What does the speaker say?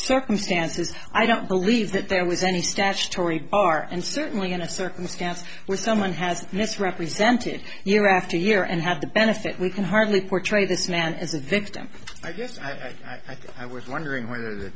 circumstances i don't believe that there was any statutory bar and certainly in a circumstance where someone has misrepresented year after year and have the benefit we can hardly portray this man as a victim i just i i was wondering where